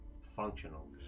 functional